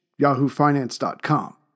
yahoofinance.com